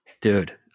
Dude